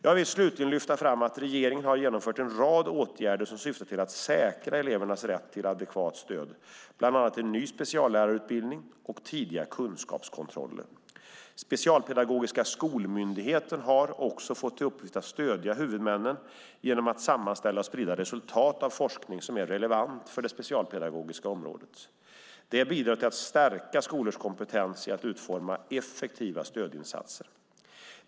Jag vill slutligen lyfta fram att regeringen har genomfört en rad åtgärder som syftar till att säkra elevernas rätt till adekvat stöd, bland annat en ny speciallärarutbildning och tidiga kunskapskontroller. Specialpedagogiska skolmyndigheten har också fått till uppgift att stödja huvudmännen genom att sammanställa och sprida resultat av forskning som är relevant för det specialpedagogiska området. Det bidrar till att stärka skolors kompetens i att utforma effektiva stödinsatser.